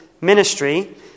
ministry